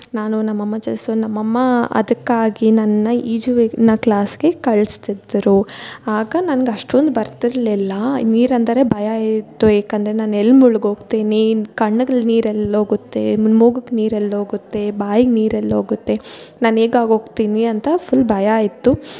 ನಾನು ನಮ್ಮಅಮ್ಮ ಚೆಸ್ಸು ನಮ್ಮಅಮ್ಮ ಅದಕ್ಕಾಗಿ ನನ್ನ ಈಜಿನ ಕ್ಲಾಸ್ಗೆ ಕಳಿಸ್ತಿದ್ರು ಆಗ ನನ್ಗೆ ಅಷ್ಟೊಂದು ಬರ್ತಿರಲಿಲ್ಲ ನೀರಂದರೆ ಭಯ ಇತ್ತು ಏಕಂದರೆ ನಾನು ಎಲ್ಲಿ ಮುಳುಗೋಗ್ತಿನಿ ಕಣ್ಣಿಗೆಲ್ ನೀರು ಎಲ್ಲೋಗುತ್ತೆ ಮೂಗಿಗ್ ನೀರು ಎಲ್ಲೋಗುತ್ತೆ ಬಾಯಿಗೆ ನೀರು ಎಲ್ಲೋಗುತ್ತೆ ನಾನು ಹೇಗಾಗೋಗ್ತಿನಿ ಅಂತ ಫುಲ್ ಭಯ ಇತ್ತು